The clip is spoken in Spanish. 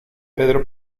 pedro